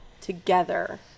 together